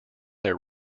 their